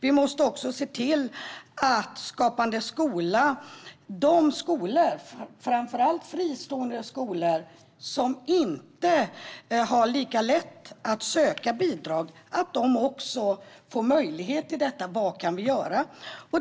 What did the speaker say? Vi måste också se till att de skolor, framför allt fristående skolor, som inte har lika lätt att söka bidrag också får möjlighet till detta: Vad kan vi göra?